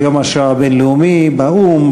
של יום השואה הבין-לאומי באו"ם,